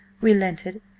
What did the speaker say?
relented